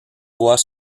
bois